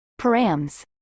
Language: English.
params